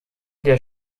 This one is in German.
der